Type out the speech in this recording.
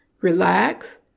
Relax